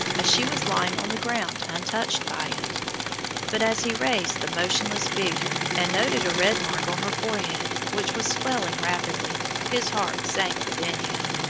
as she was lying on the ground untouched by it but as he raised the motionless figure, and noted a red mark on her forehead which was swelling rapidly, his heart sank within him.